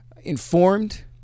informed